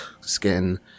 skin